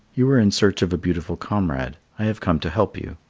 you are in search of a beautiful comrade. i have come to help you.